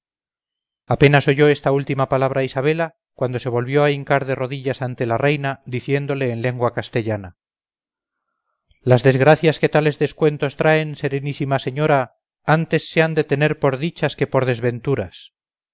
apenas oyó esta última palabra isabela cuando se volvió a hincar de rodillas ante la reina diciéndole en lengua castellana las desgracias que tales descuentos traen serenísima señora antes se han de tener por dichas que por desventuras